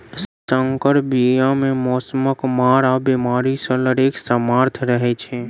सँकर बीया मे मौसमक मार आ बेमारी सँ लड़ैक सामर्थ रहै छै